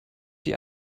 die